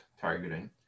targeting